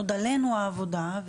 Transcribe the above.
עוד עלינו העבודה,